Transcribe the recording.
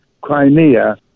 Crimea